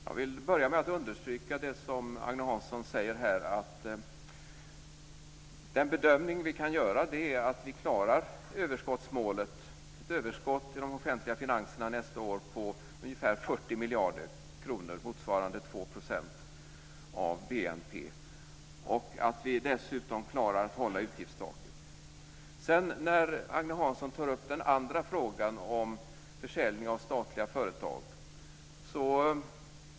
Fru talman! Jag vill börja med att understryka det som Agne Hansson säger: Den bedömning vi kan göra är att vi klarar överskottsmålet och nästa år får ett överskott i de offentliga finanserna på ungefär 40 miljarder kronor, motsvarande 2 % av BNP, och att vi dessutom klarar att hålla utgiftstaket. Sedan tar Agne Hansson upp frågan om försäljning av statliga företag.